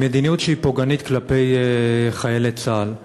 מדיניות שהיא פוגענית כלפי חיילי צה"ל.